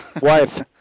wife